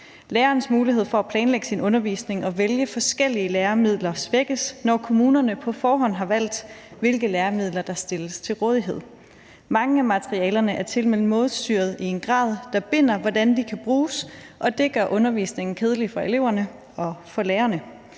Lærerens mulighed for at planlægge sin undervisning og vælge forskellige læremidler svækkes, når kommunerne på forhånd har valgt, hvilke læremidler der stilles til rådighed. Mange af materialerne er tilmed målstyret i en grad, der binder, hvordan de kan bruges, og det gør undervisningen kedelig for eleverne og for lærerne.